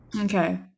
okay